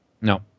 No